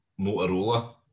Motorola